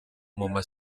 muma